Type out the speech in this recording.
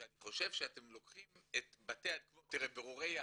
שאני חושב שאתם לוקחים, תראה, בירורי יהדות,